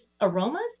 aromas